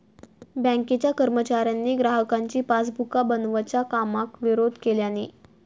बँकेच्या कर्मचाऱ्यांनी ग्राहकांची पासबुका बनवच्या कामाक विरोध केल्यानी